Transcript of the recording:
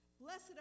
Blessed